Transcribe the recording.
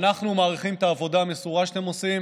אנחנו מעריכים את העבודה המסורה שאתם עושים.